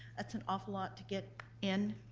that's an awful lot to get in.